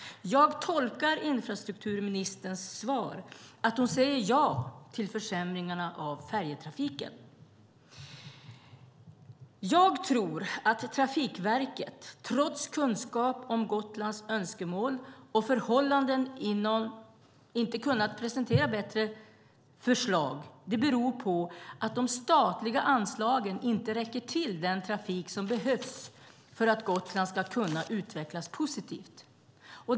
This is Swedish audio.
Jag tolkar infrastrukturministerns svar som att hon säger ja till försämringarna av färjetrafiken. Att Trafikverket, trots kunskap om Gotlands önskemål och förhållanden, inte har kunnat presentera bättre förslag, tror jag beror på att de statliga anslagen inte räcker till den trafik som behövs för att Gotland ska kunna utvecklas positivt.